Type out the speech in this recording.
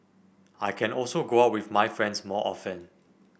I can also go out with my friends more often